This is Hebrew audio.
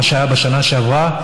מה שהיה בשנה שעברה,